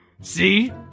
see